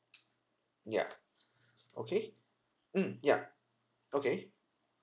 ya okay mm ya okay